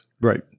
Right